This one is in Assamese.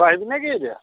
তই আহিবি নে কি এতিয়া